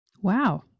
Wow